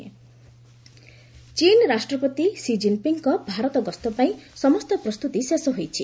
India ଚୀନ୍ ଚୀନ୍ ରାଷ୍ଟ୍ରପତି ଷି ଜିନ୍ପିଙ୍ଗ୍ଙ୍କ ଭାରତ ଗସ୍ତ ପାଇଁ ସମସ୍ତ ପ୍ରସ୍ତୁତି ଶେଷ ହୋଇଛି